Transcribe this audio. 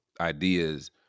ideas